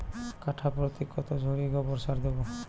কাঠাপ্রতি কত ঝুড়ি গোবর সার দেবো?